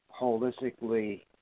holistically